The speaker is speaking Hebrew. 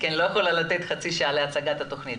כי אני לא יכולה לתת חצי שעה להצגת התוכנית.